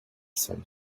some